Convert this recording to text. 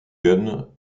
gunn